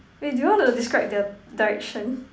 wait do you want to describe the direction